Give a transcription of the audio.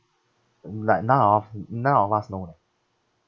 mm like now n~ now I must know lah